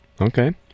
Okay